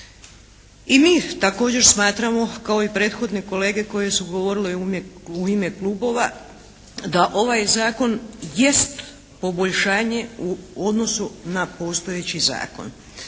I mi također smatramo kao i prethodne kolege koji su govorile uvijek u ime klubova da ovaj zakon jest poboljšanje u odnosu na postojeći zakon